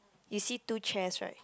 you see two chairs right